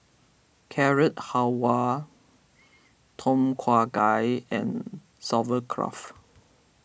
Carrot Halwa Tom Kha Gai and